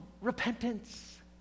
repentance